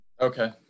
Okay